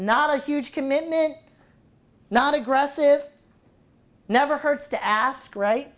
not a huge commitment not aggressive never hurts to ask